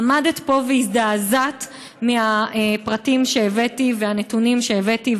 עמדת פה והזדעזעת מהפרטים שהבאתי ומהנתונים שהבאתי,